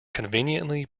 conventionally